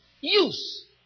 use